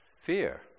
Fear